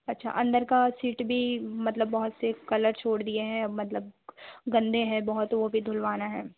अच्छा अंदर की सीट भी मतलब बहुत से कलर छोड़ दिए हैं मतलब गंदे हैं बहुत वह भी धुलवाना है